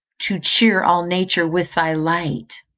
to cheer all nature with thy light,